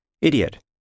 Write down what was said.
Idiot